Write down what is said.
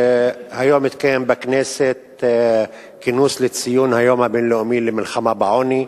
היום התקיים בכנסת כינוס לציון היום הבין-לאומי למלחמה בעוני.